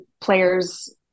players